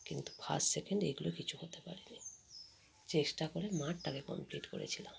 কিন্তু first second এগুলো কিছু হতে পারিনি চেষ্টা করে মাঠটাকে কমপ্লিট করেছিলাম